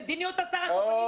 למדיניות השר הקומוניסטי.